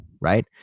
right